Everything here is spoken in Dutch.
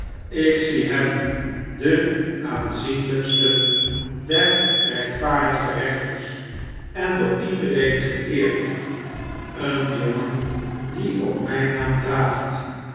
ik zie hem den aanzienlijksten der rechtvaardige rechters en door iedereen geeerd een jongen die ook mjjn naam draagt